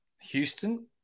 Houston